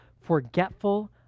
forgetful